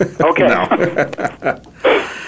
Okay